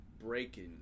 Breaking